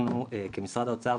ואנחנו כמשרד האוצר,